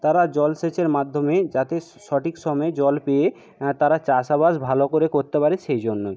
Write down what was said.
তারা জলসেচের মাধ্যমে যাতে সঠিক সময়ে জল পেয়ে তারা চাষবাস ভালো করে করতে পারে সেই জন্যই